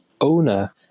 owner